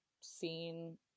seen